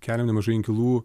keliam nemažai inkilų